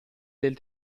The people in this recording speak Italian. del